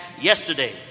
yesterday